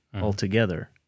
altogether